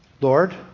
Lord